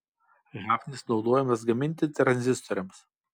hafnis naudojamas gaminti tranzistoriams